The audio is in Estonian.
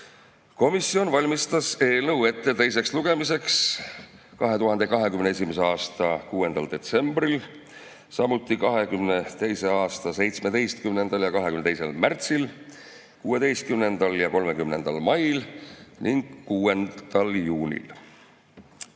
valmistas eelnõu ette teiseks lugemiseks 2021. aasta 6. detsembril, samuti 2022. aasta 17. ja 22. märtsil, 16. ja 30. mail ning 6. juunil.